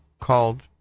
called